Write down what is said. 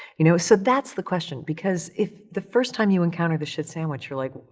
you know, so that's the question. because if the first time you encounter the shit sandwich you're like,